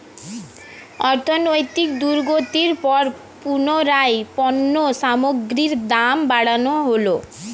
অর্থনৈতিক দুর্গতির পর পুনরায় পণ্য সামগ্রীর দাম বাড়ানো হলো